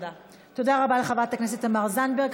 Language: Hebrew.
תודה רבה לחברת הכנסת תמר זנדברג.